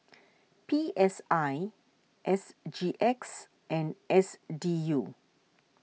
P S I S G X and S D U